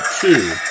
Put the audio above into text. two